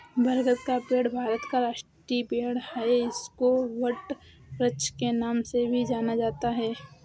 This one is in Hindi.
बरगद का पेड़ भारत का राष्ट्रीय पेड़ है इसको वटवृक्ष के नाम से भी जाना जाता है